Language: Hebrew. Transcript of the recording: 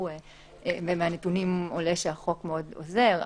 ומהנתונים עולה שהחוק עוזר,